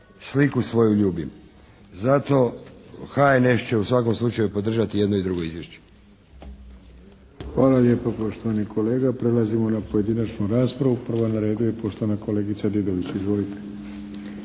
"sliku svoju ljubim". Zato, HNS će u svakom slučaju podržati i jedno i drugo izvješće. **Arlović, Mato (SDP)** Hvala lijepa, poštovani kolega. Prelazimo na pojedinačnu raspravu. Prva na redu je poštovana kolegica Didović. Izvolite.